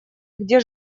где